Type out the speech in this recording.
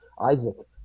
Isaac